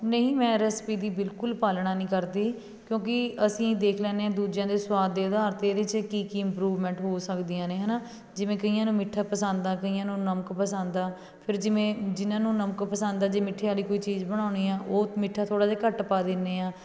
ਨਹੀਂ ਮੈਂ ਰੈਸਪੀ ਦੀ ਬਿਲਕੁਲ ਪਾਲਣਾ ਨਹੀਂ ਕਰਦੀ ਕਿਉਂਕਿ ਅਸੀਂ ਦੇਖ ਲੈਂਦੇ ਹਾਂ ਦੂਜਿਆਂ ਦੇ ਸਵਾਦ ਦੇ ਅਧਾਰ 'ਤੇ ਇਹਦੇ 'ਚ ਕੀ ਕੀ ਇਮਪਰੂਵਮੈਂਟ ਹੋ ਸਕਦੀਆਂ ਨੇ ਹੈ ਨਾ ਜਿਵੇਂ ਕਈਆਂ ਨੂੰ ਮਿੱਠਾ ਪਸੰਦ ਆ ਕਈਆਂ ਨੂੰ ਨਮਕ ਪਸੰਦ ਆ ਫਿਰ ਜਿਵੇਂ ਜਿਨਾਂ ਨੂੰ ਨਮਕ ਪਸੰਦ ਆ ਜੇ ਮਿੱਠੇ ਵਾਲੀ ਕੋਈ ਚੀਜ਼ ਬਣਾਉਣੀ ਆ ਉਹ ਮਿੱਠਾ ਥੋੜ੍ਹਾ ਜਿਹਾ ਘੱਟ ਪਾ ਦਿੰਦੇ ਆ